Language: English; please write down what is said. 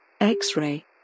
X-ray